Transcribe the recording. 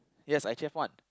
yes I actually have one